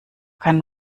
kein